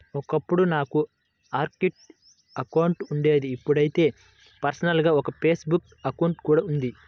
ఒకప్పుడు నాకు Orkut account ఉండేది ఇప్పుడైతే పర్సనల్ గా ఒక ఫేస్ బుక్ అకౌంట్ కూడా ఉంది